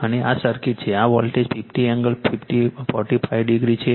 અને આ સર્કિટ છે આ વોલ્ટેજ 50 એન્ગલ 45 ડિગ્રી છે